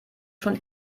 schon